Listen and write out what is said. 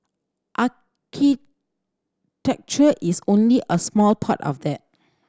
architecture is only a small part of that